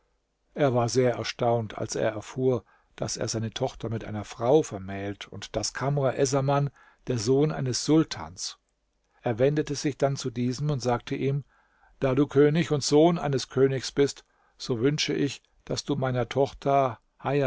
er war sehr erstaunt als er erfuhr daß er seine tochter mit einer frau vermählt und daß kamr essaman der sohn eines sultans er wendete sich dann zu diesem und sagte ihm da du könig und sohn eines königs bist so wünsche ich daß du meine tochter